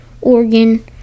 Oregon